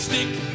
Stick